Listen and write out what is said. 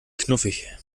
knuffig